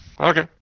Okay